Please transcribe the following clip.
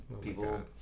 people